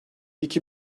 iki